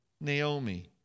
Naomi